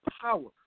power